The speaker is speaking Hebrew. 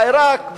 בעירק,